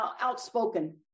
outspoken